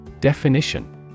Definition